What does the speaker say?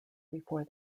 before